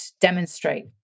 demonstrate